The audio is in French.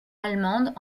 allemande